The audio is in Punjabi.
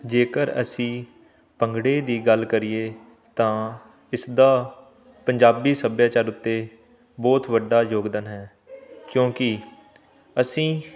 ਜੇਕਰ ਅਸੀਂ ਭੰਗੜੇ ਦੀ ਗੱਲ ਕਰੀਏ ਤਾਂ ਇਸਦਾ ਪੰਜਾਬੀ ਸੱਭਿਆਚਾਰ ਉੱਤੇ ਬਹੁਤ ਵੱਡਾ ਯੋਗਦਾਨ ਹੈ ਕਿਉਂਕਿ ਅਸੀਂ